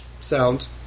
sound